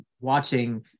watching